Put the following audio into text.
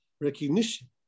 recognition